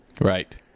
Right